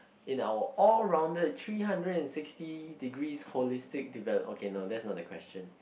in our all rounded three hundred and sixty degrees holistic develop okay no that's not the question